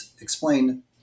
explain